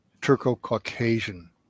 Turco-Caucasian